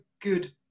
good